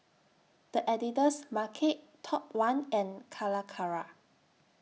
The Editor's Market Top one and Calacara